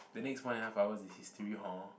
the next one and a half hours is history hor